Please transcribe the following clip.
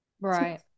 Right